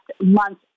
month